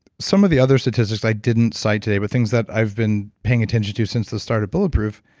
some of the other statistics i didn't cite today, but things that i've been paying attention to since the start of bulletproof,